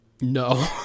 No